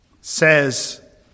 says